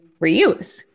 reuse